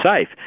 safe